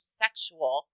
sexual